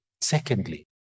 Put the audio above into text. Secondly